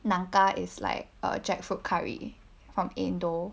nangka is like a jackfruit curry from indo~